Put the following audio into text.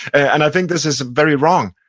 and i think this is very wrong.